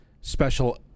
special